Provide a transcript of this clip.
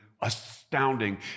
astounding